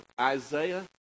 Isaiah